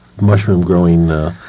mushroom-growing